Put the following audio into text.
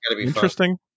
interesting